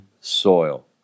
soil